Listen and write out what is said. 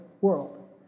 world